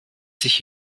sich